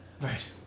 Right